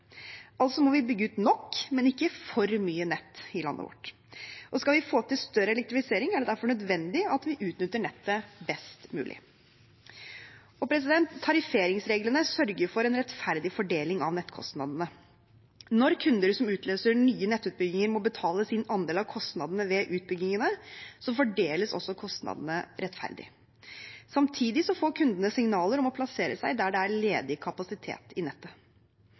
Altså må vi bygge ut nok, men ikke for mye nett i landet vårt, og skal vi få til større elektrifisering, er det derfor nødvendig at vi utnytter nettet best mulig. Tarifferingsreglene sørger for en rettferdig fordeling av nettkostnadene. Når kunder som utløser nye nettutbygginger må betale sin andel av kostnadene ved utbyggingene, fordeles også kostnadene rettferdig. Samtidig får kundene signaler om å plassere seg der det er ledig kapasitet i nettet.